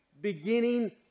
beginning